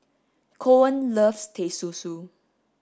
Coen loves Teh Susu